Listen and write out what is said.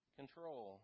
control